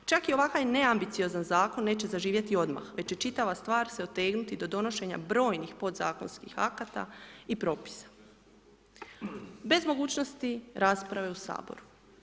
Čak i ovakav neambiciozan Zakon neće zaživjeti odmah, već će čitava stvar se otegnuti do donošenja brojnih podzakonskih akata i propisa, bez mogućnosti rasprave u Saboru.